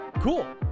Cool